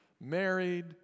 married